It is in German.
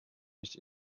nicht